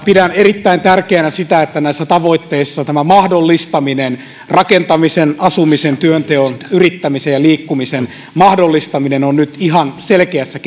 pidän erittäin tärkeänä sitä että näissä tavoitteissa tämä mahdollistaminen rakentamisen asumisen työnteon yrittämisen ja liikkumisen mahdollistaminen on nyt ihan selkeässä